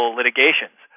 litigations